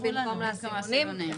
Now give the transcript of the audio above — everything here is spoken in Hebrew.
במקום לעשירונים.